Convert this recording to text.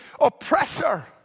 oppressor